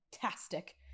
fantastic